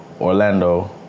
Orlando